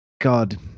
God